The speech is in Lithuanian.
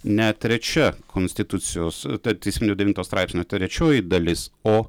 ne trečia konstitucijos tarp teisminio devinto straipsnio trečioji dalis o